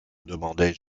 demandai